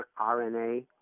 RNA